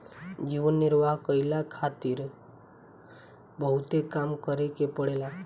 जीवन निर्वाह कईला खारित बहुते काम करे के पड़ेला